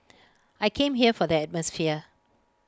I came here for the atmosphere